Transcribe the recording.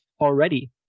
already